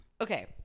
Okay